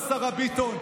השרה ביטון?